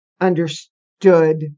understood